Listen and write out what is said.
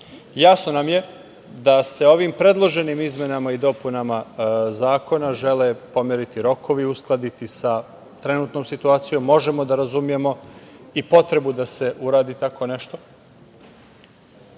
nam je da se ovim predloženim izmenama i dopunama Zakona žele pomeriti rokovi i uskladiti sa trenutnom situacijom, možemo da razumemo i potrebu da se uradi tako nešto.